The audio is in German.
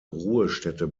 ruhestätte